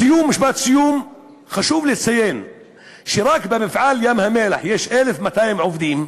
משפט סיום: חשוב לציין שב"מפעלי ים-המלח" יש 1,200 עובדים,